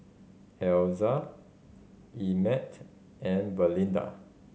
Elza Emett and Belinda